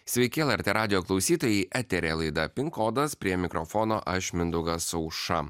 sveiki lrt radijo klausytojai eteryje laida pin kodas prie mikrofono aš mindaugas auša